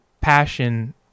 passion